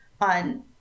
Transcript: on